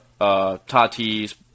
Tatis